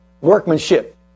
workmanship